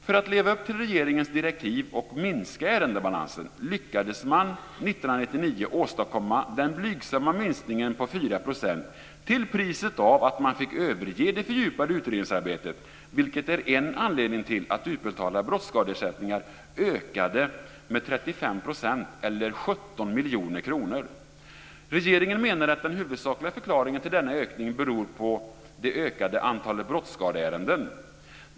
För att leva upp till regeringens direktiv och minska ärendebalansen lyckades man år 1999 åstadkomma den blygsamma minskningen på 4 % till priset av att man fick överge det fördjupade utredningsarbetet, vilket är en anledning till att utbetalda brottsskadeersättningar ökade med 35 % eller 17 miljoner kronor. Regeringen menar att den huvudsakliga förklaringen till denna ökning beror på det ökade antalet brottsskadeärenden.